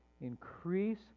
Increase